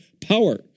power